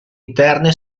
interne